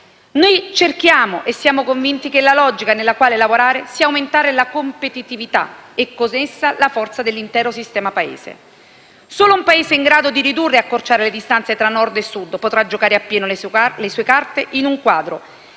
Noi cerchiamo e siamo convinti che la logica nella quale lavorare sia aumentare la competitività e con essa la forza dell'intero sistema Paese. Solo un Paese in grado di ridurre e accorciare le distanze tra Nord e Sud potrà giocare appieno le sue carte in un quadro